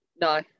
No